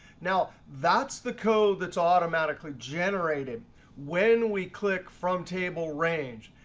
now that's the code that's automatically generated when we click from table range.